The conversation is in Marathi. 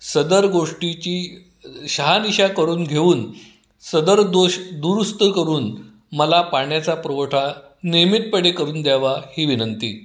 सदर गोष्टीची शहानिशा करून घेऊन सदर दोष दुरुस्त करून मला पाण्याचा पुरवठा नियमितपणे करून द्यावा ही विनंती